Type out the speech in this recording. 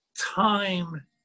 time